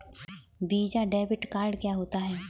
Visa debit card क्या होता है?